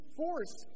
force